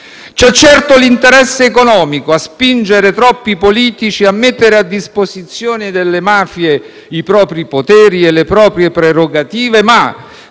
C'è certo l'interesse economico a spingere troppi politici a mettere a disposizione delle mafie i propri poteri e le proprie prerogative. Ma